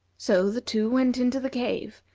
so the two went into the cave,